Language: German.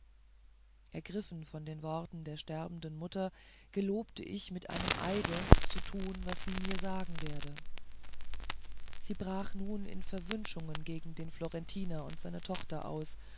ergriffen von den worten der sterbenden mutter gelobte ich mit einem eide zu tun wie sie mir sagen werde sie brach nun in verwünschungen gegen den florentiner und seine tochter aus